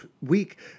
week